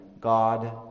God